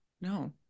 No